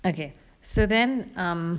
okay so then um